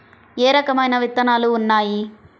ఏ రకమైన విత్తనాలు ఉన్నాయి?